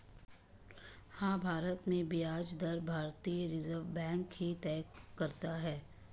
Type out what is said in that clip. हाँ, भारत में ब्याज दरें भारतीय रिज़र्व बैंक ही तय करता है